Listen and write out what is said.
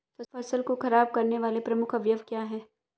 फसल को खराब करने वाले प्रमुख अवयव क्या है?